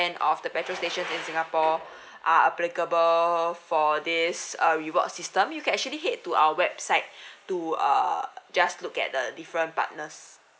of the petrol stations in singapore are applicable for this uh rewards system you can actually hit to our website to err just look at the different partners